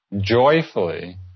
joyfully